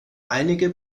einige